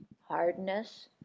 Hardness